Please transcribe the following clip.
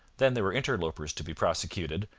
then there were interlopers to be prosecuted,